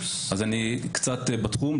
אז אני קצת בתחום,